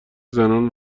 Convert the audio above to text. زنان